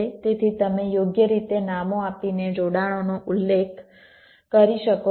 તેથી તમે યોગ્ય રીતે નામો આપીને જોડાણોનો ઉલ્લેખ કરી શકો છો